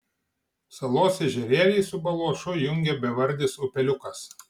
salos ežerėlį su baluošu jungia bevardis upeliukas